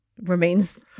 remains